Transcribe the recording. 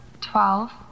twelve